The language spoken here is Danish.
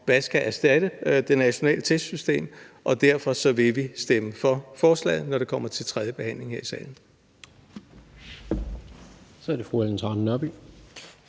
hvad der skal erstatte det nationale testsystem. Og derfor vil vi stemme for forslaget, når det kommer til tredje behandling her i salen. Kl. 17:17 Tredje